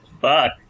Fuck